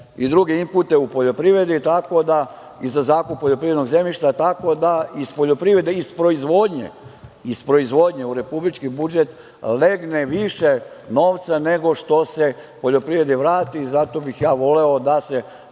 i druge impute u poljoprivredi, tako da i za zakup poljoprivrednog zemljišta, tako da iz poljoprivrede, iz proizvodnje u republički budžete legne više novca nego što se poljoprivredi vrati. Zato bih ja voleo da se